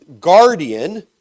guardian